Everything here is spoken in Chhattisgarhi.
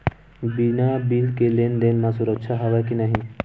बिना बिल के लेन देन म सुरक्षा हवय के नहीं?